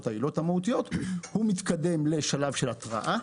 העילות המהותיות - הוא מתקדם לשלב של התראה.